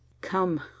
Come